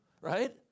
right